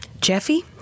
Jeffy